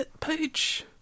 page